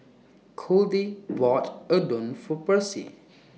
Codie bought Udon For Percy